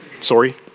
sorry